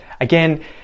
Again